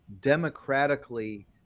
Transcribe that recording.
democratically